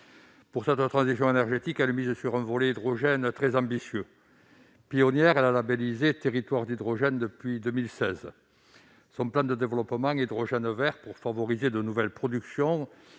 Pour cette transition énergétique, elle mise sur un volet hydrogène très ambitieux. Pionnière, elle est labellisée Territoire d'hydrogène depuis 2016. Son plan de développement Hydrogène vert destiné à favoriser de nouvelles productions